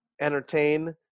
entertain